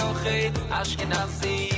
Ashkenazi